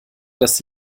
das